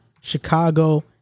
Chicago